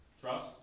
Trust